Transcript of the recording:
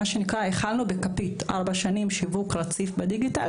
האכלנו בכפית ארבע שנים שיווק רציף בדיגיטל